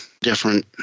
different